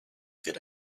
good